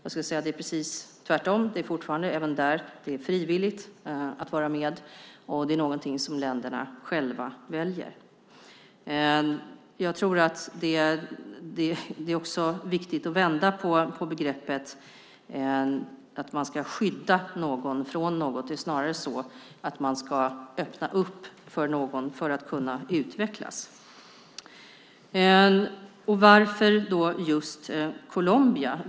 Det är precis tvärtom. Det är även där frivilligt att vara med, och det är något som länderna själva väljer. Det är också viktigt att vända på begreppet att man ska skydda någon från något. Det är snarare så att man ska öppna för någon att kunna utvecklas. Varför just Colombia?